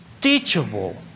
teachable